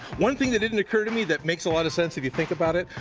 one thing that didn't occur to me that makes a lot of sense. if you think about it,